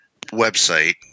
website